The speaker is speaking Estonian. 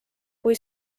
kui